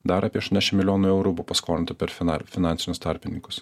dar apie aštuoniasdešim milijonų eurų buvo paskolinta per finar finansinius tarpininkus